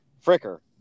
Fricker